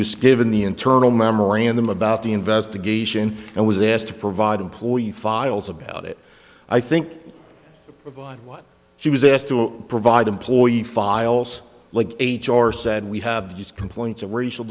was given the internal memorandum about the investigation and was asked to provide employee files about it i think she was asked to provide employee files like h or said we have these complaints of racial